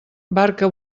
barca